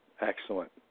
Excellent